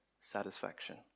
satisfaction